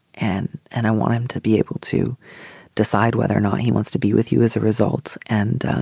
and and i want him to be able to decide whether or not he wants to be with you as a result and